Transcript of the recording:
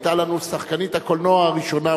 היתה לנו שחקנית הקולנוע הראשונה,